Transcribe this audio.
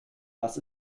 das